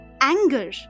Anger